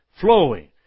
flowing